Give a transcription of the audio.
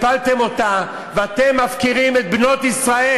הפלתם אותה ואתם מפקירים את בנות ישראל?